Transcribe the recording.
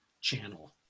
channel